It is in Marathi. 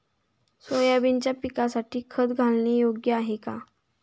सोयाबीनच्या पिकासाठी खत घालणे योग्य आहे का?